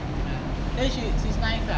ya then she she's nice ah